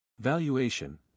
Valuation